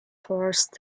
forced